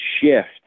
shift